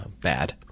bad